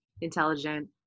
intelligent